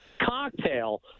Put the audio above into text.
cocktail